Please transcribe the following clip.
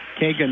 Kagan